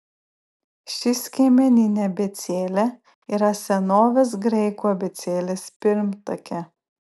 ši skiemeninė abėcėlė yra senovės graikų abėcėlės pirmtakė